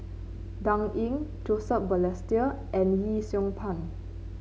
Dan Ying Joseph Balestier and Yee Siew Pun